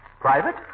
private